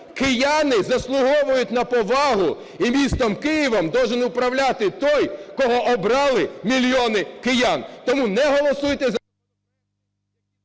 Кияни заслуговують на повагу, і містом Києвом должен управляти той кого обрали мільйони киян. Тому не голосуйте за…